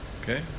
Okay